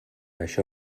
això